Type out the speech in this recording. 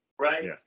Right